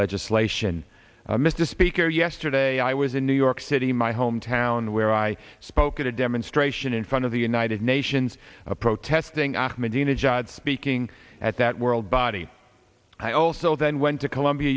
legislation mr speaker yesterday i was in new york city my hometown where i spoke at a demonstration in front of the united nations protesting ahmadinejad speaking at that world body i also then went to columbia